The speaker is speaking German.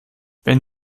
wenn